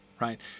right